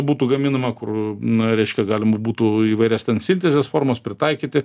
būtų gaminama kur na reiškia galima būtų įvairias ten sintezės formas pritaikyti